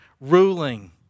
ruling